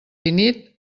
finit